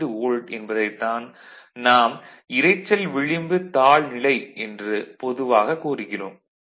5 volt என்பதைத் தான் நாம் இரைச்சல் விளிம்பு தாழ்நிலை என்று பொதுவாக கூறுகிறோம்